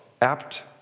apt